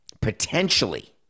potentially